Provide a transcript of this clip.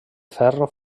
ferro